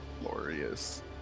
glorious